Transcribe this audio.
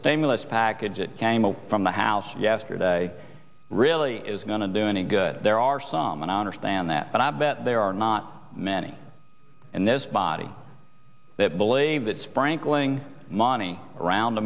stimulus package it came up from the house yesterday really is going to do any good there are some and i understand that but i bet there are not many in this body that believe that sprinkling money around